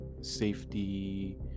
safety